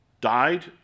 died